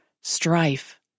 strife